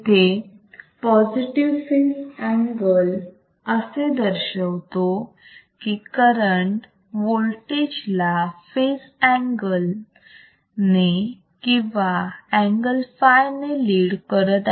इथे positive phase angle असे दर्शवतो की करंट वोल्टेज ला फेज अँगल ने किंवा अँगल फाय ने लीड करत आहे